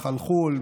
מחלחול,